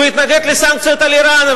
הוא התנגד לסנקציות על אירן,